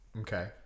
Okay